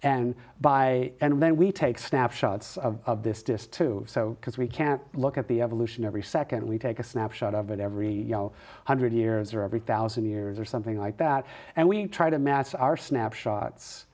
and by and then we take snapshots of this dist two so because we can't look at the evolution every second we take a snapshot of it every hundred years or every thousand years or something like that and we try to match our snapshots